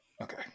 Okay